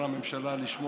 אמונים